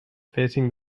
facing